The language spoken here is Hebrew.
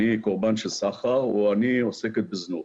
אני קורבן של סחר או אני עוסקת בזנות,